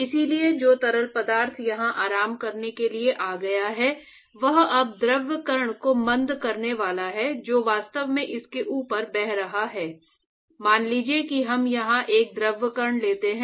इसलिए जो तरल पदार्थ यहाँ आराम करने के लिए आ गया है वह अब द्रव कण को मंद करने वाला है जो वास्तव में इसके ऊपर बह रहा है मान लीजिए कि हम यहाँ एक द्रव कण लेते हैं